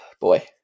boy